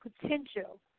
potential